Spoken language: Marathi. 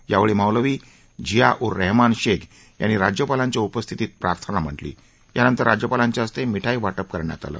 यावेळी मौलवी झिया उर रहमान शेख यांनी राज्यपालांच्या उपस्थितीत प्रार्थना म्हटली त्यानंतर राज्यपालांच्या हस्ते मिठाई वाटप करण्यात आलं